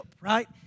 right